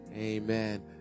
Amen